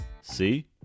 See